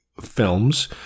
films